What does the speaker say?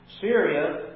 Syria